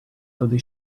туди